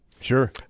Sure